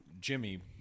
Jimmy